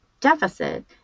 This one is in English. deficit